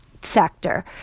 sector